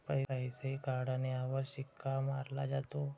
पैसे काढण्यावर शिक्का मारला जातो